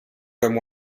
them